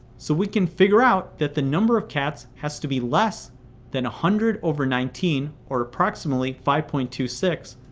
so we can figure out that the number of cats has to be less than one hundred over nineteen, or approximately five point two six,